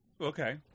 okay